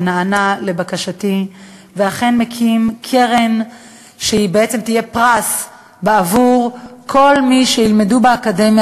שנענה לבקשתי ומקים קרן שתהיה פרס בעבור כל מי שילמדו באקדמיה